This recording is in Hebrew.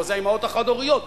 פה זה האמהות החד-הוריות.